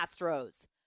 Astros